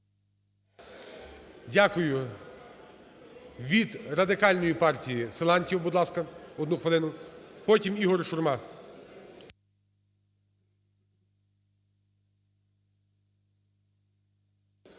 Дякую. Від Радикальної партії Силантьєв, будь ласка, 1 хвилина. Потім Ігор Шурма.